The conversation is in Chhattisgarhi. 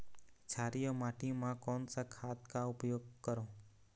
क्षारीय माटी मा कोन सा खाद का उपयोग करों?